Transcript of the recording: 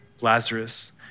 Lazarus